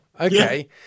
Okay